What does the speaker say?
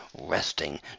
resting